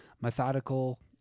methodical